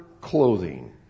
clothing